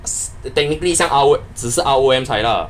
technically 像 R_O~ 只是 R_O_M 才 lah